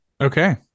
Okay